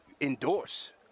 endorse